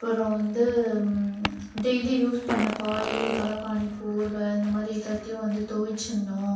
அப்புறம் வந்து daily use பண்ண பாய் தலைகாணி போர்வை இந்தமாதிரி எல்லாத்தையும் வந்து துவச்சிட்னும்